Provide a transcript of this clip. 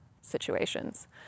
situations